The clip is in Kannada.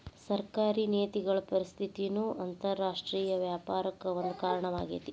ಸರ್ಕಾರಿ ನೇತಿಗಳ ಉಪಸ್ಥಿತಿನೂ ಅಂತರರಾಷ್ಟ್ರೇಯ ವ್ಯಾಪಾರಕ್ಕ ಒಂದ ಕಾರಣವಾಗೇತಿ